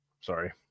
sorry